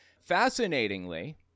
Fascinatingly